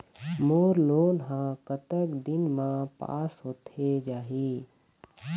मोर loan हा कतक दिन मा पास होथे जाही?